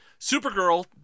Supergirl